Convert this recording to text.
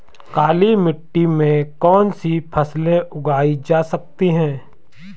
काली मिट्टी में कौनसी फसलें उगाई जा सकती हैं?